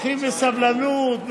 קחי בסבלנות,